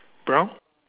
brown